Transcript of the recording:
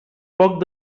poc